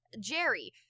Jerry